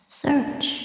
search